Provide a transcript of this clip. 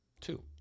Two